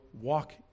walk